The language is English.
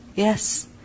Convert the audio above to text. Yes